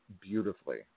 beautifully